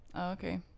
okay